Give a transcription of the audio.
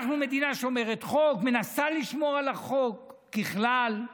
אנחנו מדינה שומרת חוק, מנסה לשמור על החוק, ככלל.